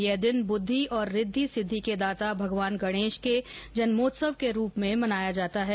यह दिन बुद्धि और रिद्वि सिद्वि के दाता भगवान गणेश के जन्मोत्सव के रूप में मनाया जाता है